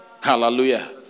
Hallelujah